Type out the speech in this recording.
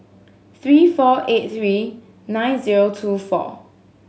three four eight three nine zero two four